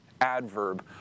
adverb